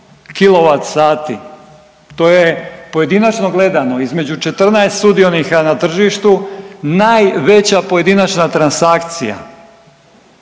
kilovat sati. To je pojedinačno gledano između 14 sudionika na tržištu najveća pojedinačna transakcija.